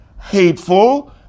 hateful